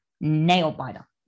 nail-biter